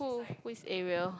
who who is Ariel